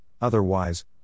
Otherwise